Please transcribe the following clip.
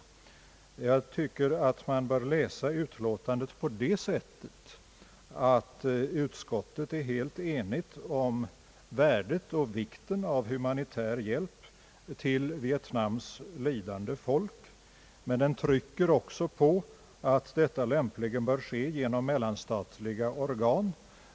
Jag tycker att utlåtandet bör läsas på det sättet att utskottet är helt enigt om värdet och vikten av humanitär hjälp till Vietnams lidande folk men att det också trycker på att detta lämpligen bör ske genom mellanstatliga organ.